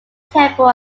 temple